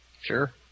Sure